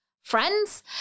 friends